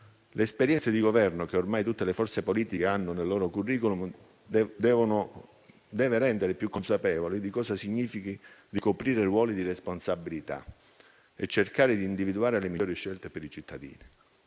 Le esperienze di Governo che ormai tutte le forze politiche hanno nel proprio *curriculum* devono rendere più consapevoli di cosa significhi ricoprire ruoli di responsabilità e cercare di individuare le migliori scelte per i cittadini.